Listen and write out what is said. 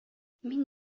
мин